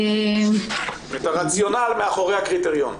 את הרציונל מאחורי הקריטריון.